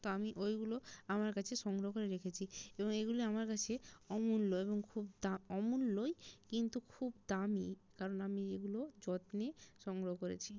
তো আমি ওইগুলো আমার কাছে সংগ্রহ করে রেখেছি এবং এইগুলি আমার কাছে অমূল্য এবং খুব দা অমূল্যই কিন্তু খুব দামি কারণ আমি এগুলো যত্নে সংগ্রহ করেছি